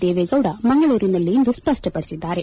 ದೇವೇಗೌಡ ಮಂಗಳೂರಿನಲ್ಲಿಂದು ಸ್ವಪ್ನಪಡಿಸಿದ್ದಾರೆ